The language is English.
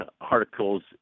articles